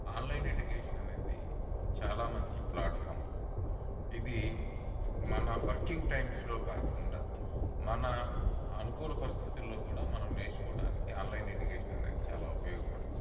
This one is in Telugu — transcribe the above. ఆన్లైన్ ఎడ్యుకేషన్ అనేది అనేది చాలా మంచి ప్లాట్ఫాం ఇది మన వర్కింగ్ టైంస్లో కాకుండా మన అనుకూల పరిస్థితుల్లో కూడా మనం నేర్చుకోటానికి ఆన్లైన్ ఎడ్యుకేషన్ లేదు చాలా ఉపయోగపడుతుంది